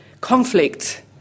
conflict